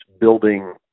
building